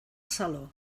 saló